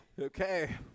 Okay